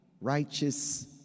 righteous